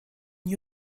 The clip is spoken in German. new